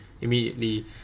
immediately